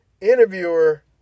interviewer